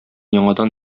яңадан